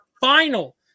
final